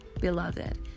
beloved